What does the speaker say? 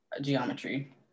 geometry